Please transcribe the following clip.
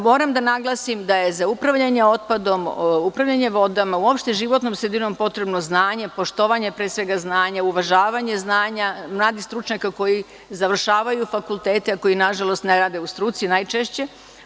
Moram da naglasim da je za upravljanje otpadom, upravljanje vodama uopšte životnom sredinom potrebno znanje, pre svega poštovanje znanja, uvažavanje znanja, mladih stručnjaka koji završavaju fakultete, a koji nažalost ne radi u struci najčešće.